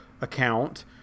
account